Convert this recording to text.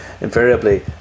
invariably